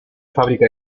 fábrica